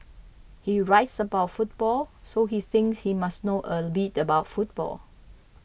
he writes about football so he thinks he must know a bit about football